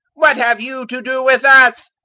what have you to do with us?